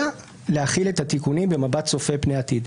להחיל את התיקונים במבט צופה פני עתיד.